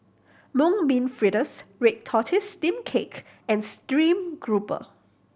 Mung Bean Fritters red tortoise steamed cake and stream grouper